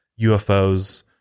UFOs